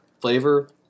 flavor